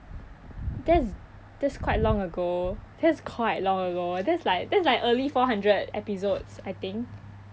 that's that's quite long ago that's quite long ago that's like that's like early four hundred episodes I think